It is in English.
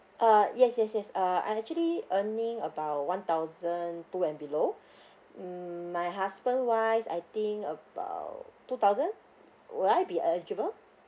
uh yes yes yes uh I'm actually earning about one thousand two and below mm my husband wise I think about two thousand would I be eligible